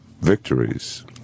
victories